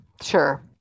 sure